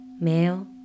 male